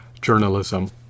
journalism